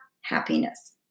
happiness